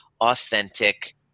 authentic